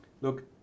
Look